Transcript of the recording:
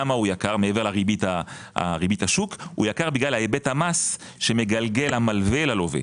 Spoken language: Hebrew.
מעבר לריבית השוק - בגלל היבט המס שמגלגל המלווה ללווה.